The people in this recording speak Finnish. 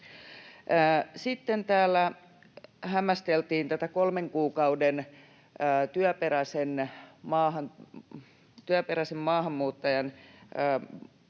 Sitten täällä hämmästeltiin tätä kolmen kuukauden työperäisen maahanmuuttajan odotusta,